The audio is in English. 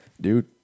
Dude